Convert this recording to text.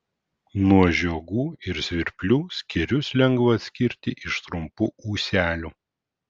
nuo žiogų ir svirplių skėrius lengva atskirti iš trumpų ūselių